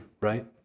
right